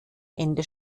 ende